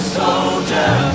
soldier